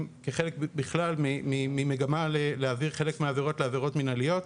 כחלק בכלל ממגמה להעביר חלק מהעבירות לעבירות מנהליות,